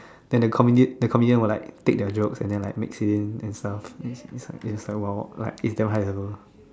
then the comedy the comedian will like take their jokes and then like mix it in as well is !wow! is damn high level